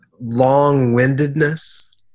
long-windedness